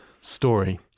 story